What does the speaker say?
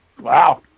wow